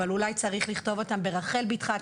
אולי צריך לכתוב אותה ברחל ביתך הקטנה,